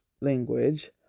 language